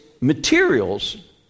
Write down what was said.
Materials